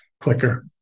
quicker